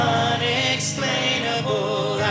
unexplainable